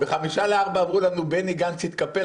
בחמישה לארבע אמרו לנו: בני גנץ התקפל,